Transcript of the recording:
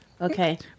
Okay